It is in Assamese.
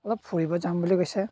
অলপ ফুৰিব যাম বুলি কৈছে